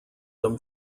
them